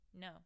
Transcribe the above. no